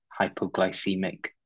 hypoglycemic